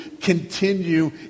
continue